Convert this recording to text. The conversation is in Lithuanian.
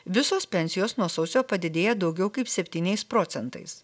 visos pensijos nuo sausio padidėja daugiau kaip septyniais procentais